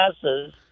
classes